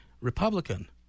republican